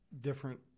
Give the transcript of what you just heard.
different